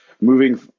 moving